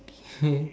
okay